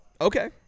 Okay